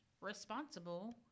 responsible